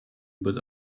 but